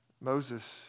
Moses